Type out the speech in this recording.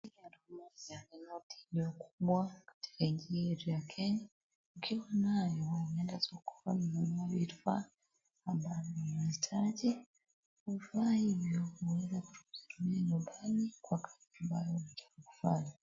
Hii ni elfu moja ya noti, ndio kitu kubwa katika nchi yetu ya Kenya. Ukiwa nayo unaenda sokoni unanunua vifaa ambavyo unahitaji. Vifaa hivyo huweza kukusaidia nyumbani kwa kazi mbalimbali unazozifanya.